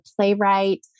playwright